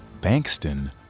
Bankston